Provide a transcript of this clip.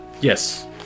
Yes